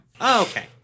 Okay